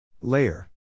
Layer